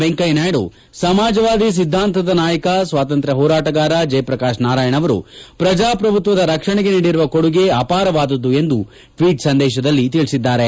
ವೆಂಕಯ್ಯನಾಯ್ಡು ಸಮಾಜವಾದಿ ಸಿದ್ದಾಂತದ ನಾಯಕ ಸ್ವಾತಂತ್ರ್ಯ ಹೋರಾಟಗಾರ ಜಯಪ್ರಕಾಶ್ ನಾರಾಯಣ್ ಅವರು ಪ್ರಜಾಪ್ರಭುತ್ತದ ರಕ್ಷಣೆಗೆ ನೀಡಿರುವ ಕೊಡುಗೆ ಅಪಾರವಾದುದು ಎಂದು ಟ್ವೀಟ್ ಸಂದೇಶದಲ್ಲಿ ತಿಳಿಸಿದ್ದಾರೆ